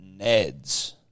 Neds